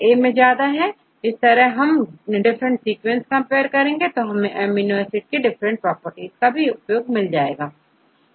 यदि हम different sequences compare करें तो हम अमीनो एसिड के डिफरेंट प्रॉपर्टीज को उपयोग करेंगे